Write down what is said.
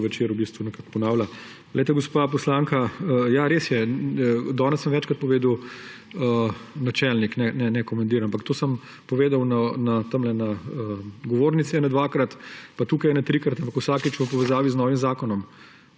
cel večer v bistvu nekako ponavlja. Glejte gospa poslanka, ja, res je, danes sem večkrat povedal, načelnik, ne komandir. Ampak to sem povedal za govornico dvakrat, pa tukaj trikrat, ampak vsakič v povezavi z novim zakonom.